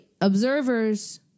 observers